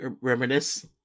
reminisce